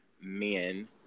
men